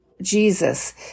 Jesus